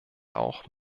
auch